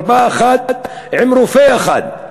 מרפאה אחת עם רופא אחד.